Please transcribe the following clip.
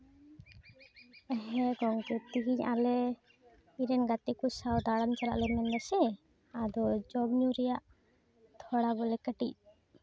ᱦᱮᱸ ᱜᱚᱢᱠᱮ ᱛᱤᱦᱤᱧ ᱟᱞᱮ ᱤᱧᱨᱮᱱ ᱜᱟᱛᱮ ᱠᱚ ᱥᱟᱶ ᱫᱟᱬᱟᱱ ᱪᱟᱞᱟᱜ ᱞᱮ ᱢᱮᱱᱫᱟᱥᱮ ᱟᱫᱚ ᱡᱚᱢᱼᱧᱩ ᱨᱮᱭᱟᱜ ᱛᱷᱚᱲᱟ ᱵᱚᱞᱮ ᱠᱟᱹᱴᱤᱡ